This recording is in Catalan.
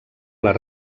les